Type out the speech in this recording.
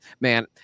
Man